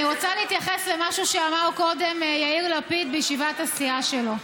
אני רוצה להתייחס למשהו שאמר קודם יאיר לפיד בישיבת הסיעה שלו.